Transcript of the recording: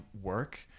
work